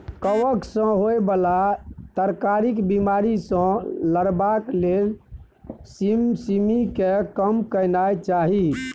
कवक सँ होए बला तरकारीक बिमारी सँ लड़बाक लेल सिमसिमीकेँ कम केनाय चाही